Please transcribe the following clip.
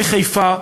בחיפה,